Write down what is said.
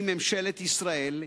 היא ממשלת ישראל.